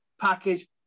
package